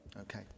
okay